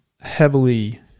heavily